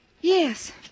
Yes